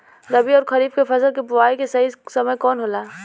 रबी अउर खरीफ के फसल के बोआई के सही समय कवन होला?